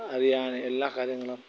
അറിയാൻ എല്ലാ കാര്യങ്ങളും